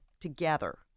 together